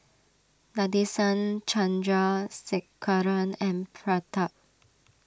Nadesan Chandrasekaran and Pratap